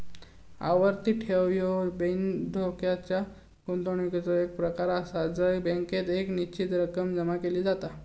आवर्ती ठेव ह्यो बिनधोक्याच्या गुंतवणुकीचो एक प्रकार आसा जय बँकेत एक निश्चित रक्कम जमा केली जाता